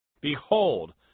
Behold